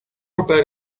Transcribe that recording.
about